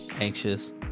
anxious